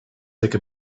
take